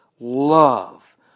love